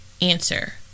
Answer